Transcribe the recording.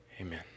amen